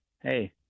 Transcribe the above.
hey